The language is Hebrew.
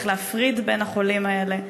צריך להפריד בין החולים האלה.